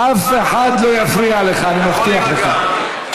אף אחד לא יפריע לך, אני מבטיח לך.